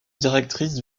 directrice